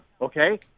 okay